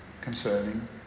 concerning